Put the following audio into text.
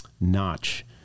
notch